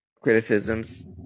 criticisms